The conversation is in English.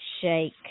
shake